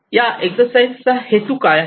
या एक्सरसाइज चा हेतू काय आहे